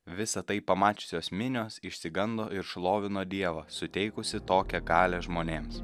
visa tai pamačiusios minios išsigando ir šlovino dievą suteikusį tokią galią žmonėms